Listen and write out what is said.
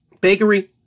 bakery